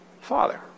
Father